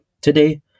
today